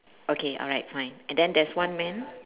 okay alright fine and then there's one man